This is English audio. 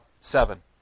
seven